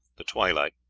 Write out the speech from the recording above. the twilight,